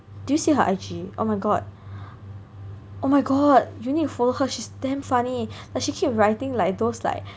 do you see her I_G oh my god oh my god you need to follow her she's damn funny like she keep writing like those like